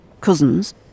Cousins